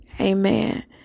Amen